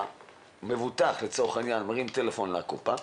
המבוטח לצורך העניין מרים טלפון לקופה,